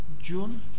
June